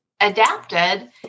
adapted